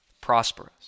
prosperous